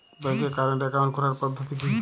ব্যাংকে current account খোলার পদ্ধতি কি?